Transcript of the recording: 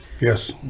Yes